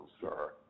sir